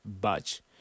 budge